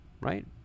right